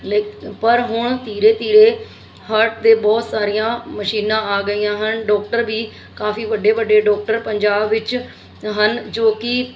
ਲੇਕਿਨ ਪਰ ਹੁਣ ਧੀਰੇ ਧੀਰੇ ਹਰਟ ਦੀਆਂ ਬਹੁਤ ਸਾਰੀਆਂ ਮਸ਼ੀਨਾਂ ਆ ਗਈਆਂ ਹਨ ਡਾਕਟਰ ਵੀ ਕਾਫੀ ਵੱਡੇ ਵੱਡੇ ਡਾਕਟਰ ਪੰਜਾਬ ਵਿੱਚ ਹਨ ਜੋ ਕਿ